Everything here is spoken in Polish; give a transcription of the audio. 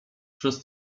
przez